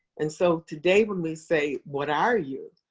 and so today, when we say, what are you?